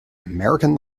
american